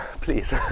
Please